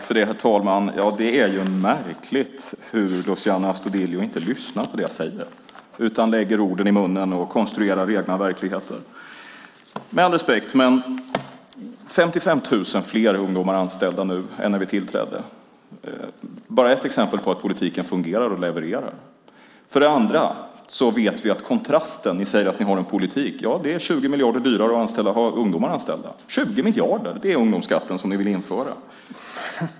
Herr talman! Det är märkligt att Luciano Astudillo inte lyssnar på det jag säger utan lägger orden i munnen och konstruerar egna verkligheter. Med all respekt, men det är 55 000 fler ungdomar anställda nu än när vi tillträdde. Det är bara ett exempel på att politiken fungerar och levererar. Sedan gäller det kontrasten. Ni säger att ni har en politik. Ja, det är 20 miljarder dyrare att ha ungdomar anställda. 20 miljarder - det är ungdomsskatten, som ni vill införa.